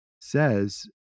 says